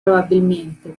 probabilmente